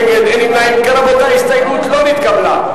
כן, רבותי, ההסתייגות לא נתקבלה.